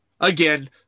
Again